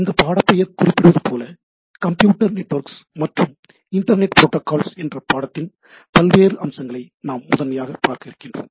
இந்த பாடப்பெயர் குறிப்பிடுவதுபோல கம்ப்யூட்டர் நெட்வொர்க்ஸ் மற்றும் இன்டர்நெட் ப்ரோட்டோகால்ஸ் என்ற பாடத்தின் பல்வேறு அம்சங்களை நாம் முதன்மையாக பார்க்க இருக்கின்றோம்